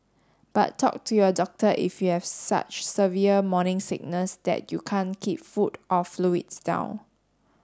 but talk to your doctor if you have such severe morning sickness that you can't keep food or fluids down